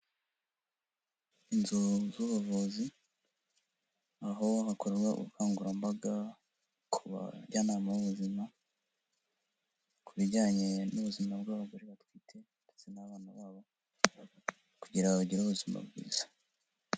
Inzu z'ubuvuzi, aho hakorwa ubukangurambaga ku bajyanama b'ubuzima, ku bijyanye n'ubuzima bw'abagore batwite ndetse n'abana babo kugira ngo bagire ubuzima bwiza.